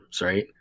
right